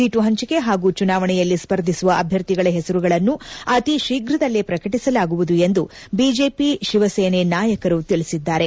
seat ಪಂಚಿಕೆ ಪಾಗೂ ಚುನಾವಣೆಯಲ್ಲಿ ಸ್ವರ್ಧಿಸುವ ಅಭ್ಯರ್ಥಿಗಳ ಪೆಸರುಗಳನ್ನು ಅತಿ ಶೀಘದಲ್ಲೇ ಪ್ರಕಟಿಸಲಾಗುವುದು ಎಂದು ಬಿಜೆಪಿ ಶಿವಸೇನೆ ನಾಯಕರು ತಿಳಿಸಿದ್ದಾರೆ